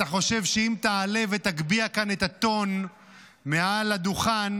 אתה חושב שאם תעלה ותגביה כאן את הטון מעל לדוכן